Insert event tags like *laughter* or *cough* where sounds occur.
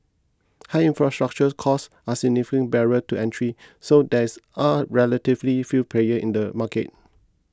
high infrastructure costs are significant barriers to entry so *unintelligible* are relatively few player in the market